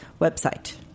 website